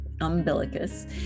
umbilicus